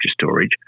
storage